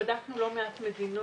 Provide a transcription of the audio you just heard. בדקנו לא מעט מדינות,